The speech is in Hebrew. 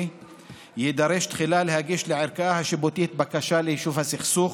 יידרש תחילה להגיש לערכאה השיפוטית בקשה ליישוב הסכסוך,